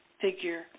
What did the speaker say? figure